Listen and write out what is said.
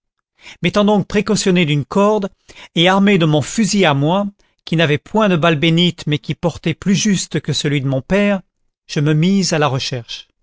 m'étant donc précautionné d'une corde et armé de mon fusil à moi qui n'avait point de balles bénites mais qui portait plus juste que celui de mon père je me mis à la recherche